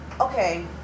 okay